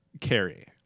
Carrie